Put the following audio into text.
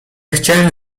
chciałem